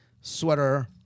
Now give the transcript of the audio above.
sweater